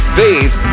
faith